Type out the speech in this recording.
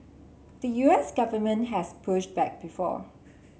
the U S government has pushed back before